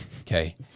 Okay